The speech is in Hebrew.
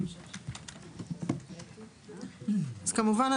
אז כמובן,